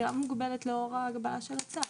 לאור ההגבלה של הצו.